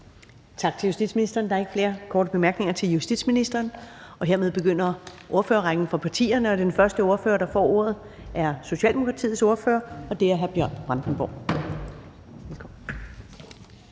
Tak til justitsministeren. Der er ikke flere korte bemærkninger til justitsministeren. Hermed begynder ordførerrækken, og den første ordfører, der får ordet, er Socialdemokratiets ordfører hr. Bjørn Brandenborg. Velkommen.